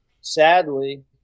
Sadly